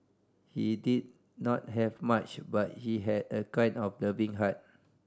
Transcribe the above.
he did not have much but he had a kind and loving heart